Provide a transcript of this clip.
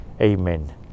Amen